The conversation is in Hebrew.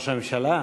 ראש הממשלה.